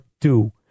two